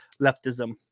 Leftism